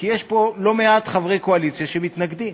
כי יש פה לא מעט חברי קואליציה שמתנגדים.